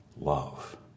love